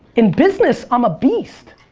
in business, i'm a beast.